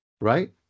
right